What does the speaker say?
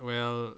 well